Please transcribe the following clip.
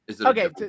Okay